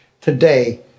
today